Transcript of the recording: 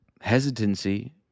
hesitancy